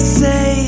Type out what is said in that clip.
say